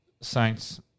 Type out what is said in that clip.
Saints